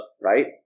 Right